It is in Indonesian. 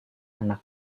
anak